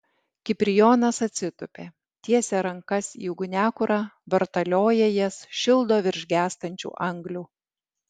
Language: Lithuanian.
kiprijonas atsitupia tiesia rankas į ugniakurą vartalioja jas šildo virš gęstančių anglių